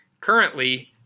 Currently